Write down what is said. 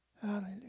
Hallelujah